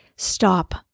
Stop